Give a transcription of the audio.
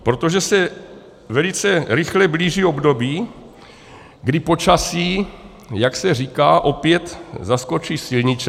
Protože se velice rychle blíží období, kdy počasí, jak se říká, opět zaskočí silničáře.